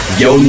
yo